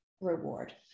reward